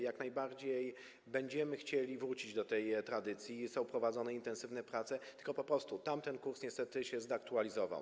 Jak najbardziej będziemy chcieli wrócić do tej tradycji, są prowadzone intensywne prace, tylko po prostu tamten kurs niestety się zdezaktualizował.